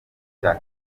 cya